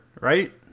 right